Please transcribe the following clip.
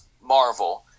Marvel